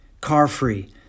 car-free